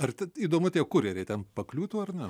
ar tad įdomu tie kurie ten pakliūtų ar ne